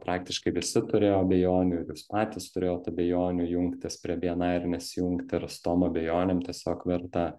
praktiškai visi turėjo abejonių ir jūs patys turėjot abejonių jungtis prie bni ar nesijungti ir su tom abejonėm tiesiog verta